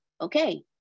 okay